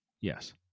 Yes